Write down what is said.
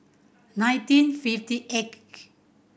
nineteen fifty eighth